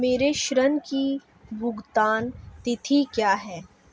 मेरे ऋण की भुगतान तिथि क्या है?